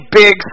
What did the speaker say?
big